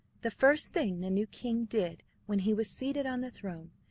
the first thing the new king did when he was seated on the throne,